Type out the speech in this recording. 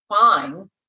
fine